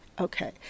Okay